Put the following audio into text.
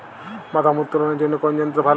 বাদাম উত্তোলনের জন্য কোন যন্ত্র ভালো?